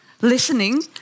listening